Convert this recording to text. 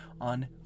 on